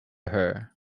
her